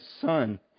son